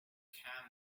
car